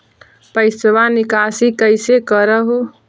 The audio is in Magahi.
पैसवा निकासी कैसे कर हो?